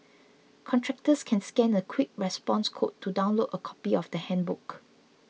contractors can scan a quick response code to download a copy of the handbook